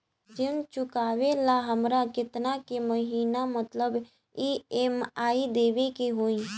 ऋण चुकावेला हमरा केतना के महीना मतलब ई.एम.आई देवे के होई?